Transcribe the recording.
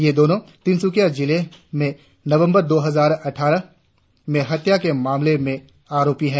ये दोनों तिनसुकिया जिले में नवम्बर दो हजार अटठारह में हत्या के एक मामले में आरोपी हैं